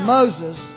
Moses